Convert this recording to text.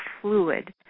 fluid